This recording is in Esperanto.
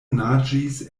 naĝis